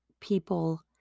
people